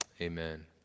Amen